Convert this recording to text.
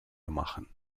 machen